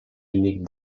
unique